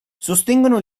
sostengono